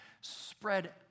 spread